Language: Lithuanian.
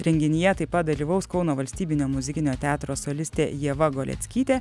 renginyje taip pat dalyvaus kauno valstybinio muzikinio teatro solistė ieva goleckytė